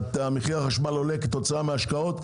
שמחיר החשמל עולה כתוצאה מההשקעות,